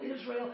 Israel